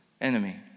enemy